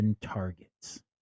targets